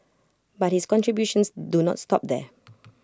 but his contributions do not stop there